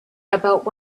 about